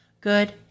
good